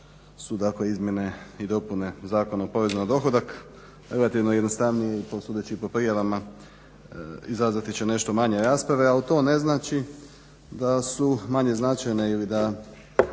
su dakle izmjene i dopuna Zakona o porezu na dohodak, relativno jednostavniji sudeći po prijavama izazvati će nešto manje rasprave al to ne znači da su manje značajne ili da